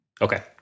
Okay